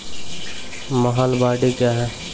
महलबाडी क्या हैं?